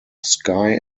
sky